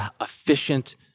efficient